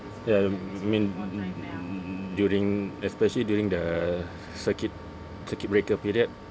ya you mean during especially during the circuit circuit breaker period